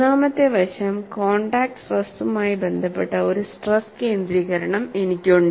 മൂന്നാമത്തെ വശം കോൺടാക്റ്റ് സ്ട്രെസുമായി ബന്ധപ്പെട്ട ഒരു സ്ട്രെസ് കേന്ദ്രീകരണം എനിക്കുണ്ട്